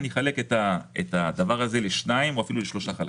אני אחלק את הדבר הזה לשניים ואפילו לשלושה חלקים: